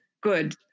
good